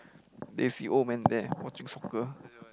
then see old man there watching soccer